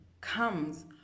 comes